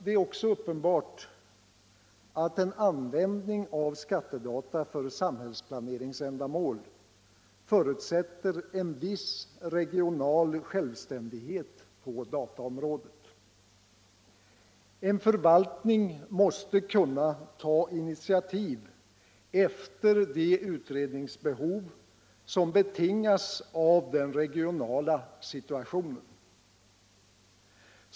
Det är också uppenbart att en användning av skattedata för samhällsplaneringsändamål förutsätter en viss regional självständighet på dataområdet. En förvaltning måste kunna ta initiativ efter de utredningsbehov som betingas av den regionala situationen.